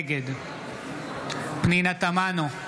נגד פנינה תמנו,